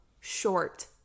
short